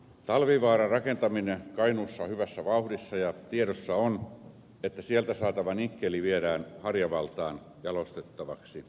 talvivaaran rakentaminen kainuussa on hyvässä vauhdissa ja tiedossa on että sieltä saatava nikkeli viedään harjavaltaan jalostettavaksi